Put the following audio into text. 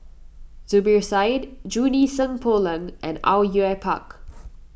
Zubir Said Junie Sng Poh Leng and Au Yue Pak